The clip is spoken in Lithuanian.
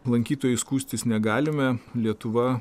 lankytojais skųstis negalime lietuva